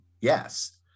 Yes